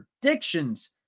predictions